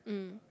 mm